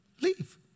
leave